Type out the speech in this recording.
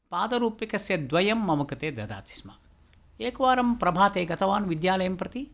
पादरूप्यकस्य द्वयं मम कृते ददाति स्म एकवारं प्रभाते गतवान् विद्यालयं प्रति